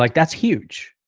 like that's huge.